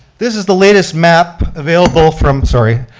this is the latest map available from, sorry,